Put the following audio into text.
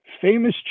Famous